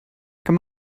come